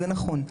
זה נכון,